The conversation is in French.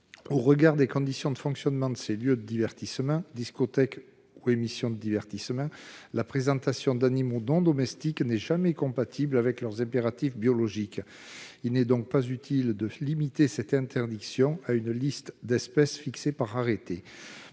Au regard des conditions de fonctionnement des lieux de divertissement que sont les discothèques ou les plateaux des émissions de télévision, la présentation d'animaux non domestiques n'est jamais compatible avec leurs impératifs biologiques. Il n'est donc pas utile de limiter l'interdiction à une liste d'espèces fixée par arrêté.